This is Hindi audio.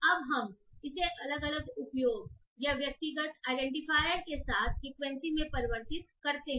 अब हम इसे अलग अलग उपयोग या व्यक्तिगत आईडेंटिफायर के साथ साथ फ्रीक्वेंसी में परिवर्तित करते हैं